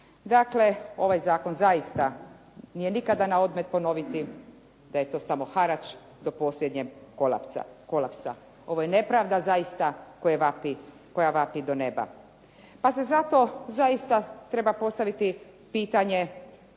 Dakle, ovaj zakon zaista nije nikada na odmet ponoviti da je to samo harač po posljednjeg kolapsa. Ovo je nepravda zaista koja vapi do neba, pa se zato zaista treba postaviti pitanje